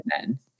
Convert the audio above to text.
men